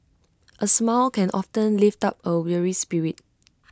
A smile can often lift up A weary spirit